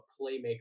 playmaker